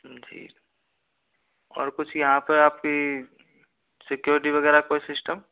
ठीक और कुछ यहाँ पे आपकी सिक्योरिटी वगैरह कोई सिस्टम